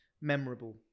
Memorable